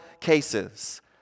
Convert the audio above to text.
cases